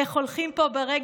/ איך הולכים פה ברגל,